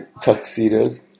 tuxedos